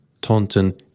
Taunton